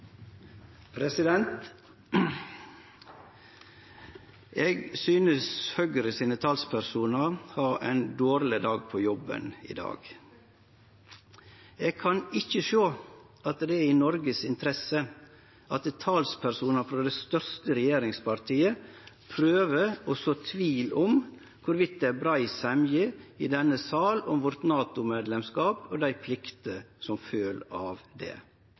Eg synest Høgres talspersonar har ein dårleg dag på jobben i dag. Eg kan ikkje sjå at det er i Noregs interesse at talspersonar frå det største regjeringspartiet prøver å så tvil om det er brei semje i denne salen om vårt medlemskap i NATO og dei pliktene som følgjer av det.